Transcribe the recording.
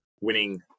winning